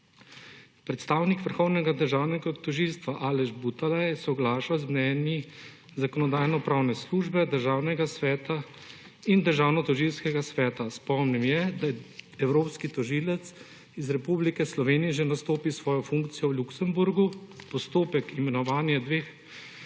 Predstavnik Vrhovnega državnega tožilstva Aleš Butala je soglašal z mnenji Zakonodajno-pravne službe, Državnega sveta in Državnotožilskega sveta. Spomnil je, da je evropski tožilec iz Republike Slovenije že nastopil svojo funkcijo v Luksemburgu, postopek imenovanja dveh